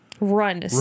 Run